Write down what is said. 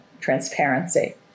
transparency